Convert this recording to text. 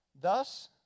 thus